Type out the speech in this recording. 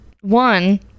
one